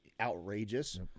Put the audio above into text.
outrageous